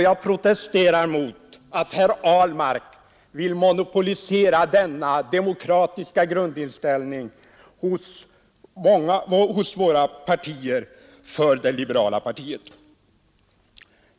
Jag protesterar mot att herr Ahlmark vill monopolisera denna demokratiska grundinställning hos våra partier för det liberala partiet.